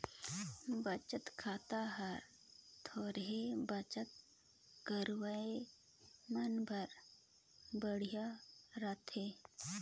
बचत खाता हर थोरहें बचत करइया मन बर बड़िहा रथे